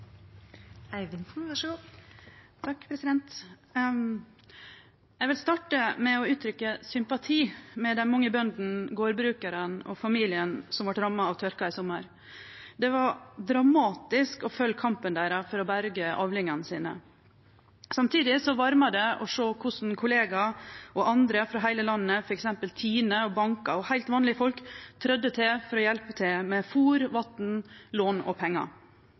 Eg vil starte med å uttrykkje sympati med dei mange bøndene, gardbrukarane og familiane som vart ramma av tørka i sommar. Det var dramatisk å følgje kampen deira for å berge avlingane sine. Samtidig varma det å sjå korleis kollegaar og andre frå heile landet – f.eks. TINE, bankar og heilt vanlege folk – trådde til for å hjelpe med fôr, vatn, lån og pengar.